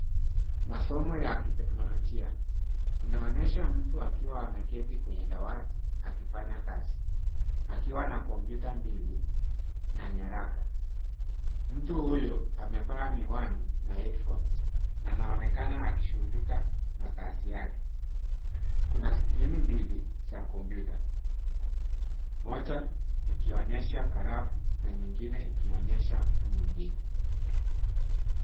Masomo ya kiteknolojia inaonyesha mtu akiwa ameketi kwenye dawati akifanya kazi, akiwa na kompyuta mbili na nyaraka. Mtu huyu amevaa miwani na headphones na anaonekana akishughulika na kazi yake. Kuna skrini mbili za kompyuta, moja ikionyesha graph na nyingine ikionyesha mtu mwingine.